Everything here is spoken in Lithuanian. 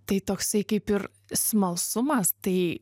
tai toksai kaip ir smalsumas tai